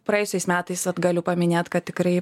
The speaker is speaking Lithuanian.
praėjusiais metais vat galiu paminėt kad tikrai